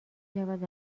شود